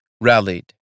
rallied